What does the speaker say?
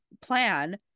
plan